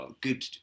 good